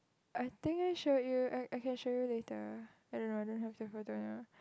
I think I showed you I I can show you later I don't know I don't have the photo now